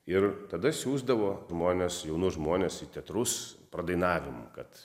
ir tada siųsdavo žmones jaunus žmones į teatrus pradainavimu kad